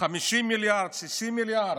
50 מיליארד, 60 מיליארד.